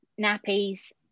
nappies